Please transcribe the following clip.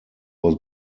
was